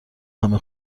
همه